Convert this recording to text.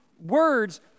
words